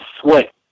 sweat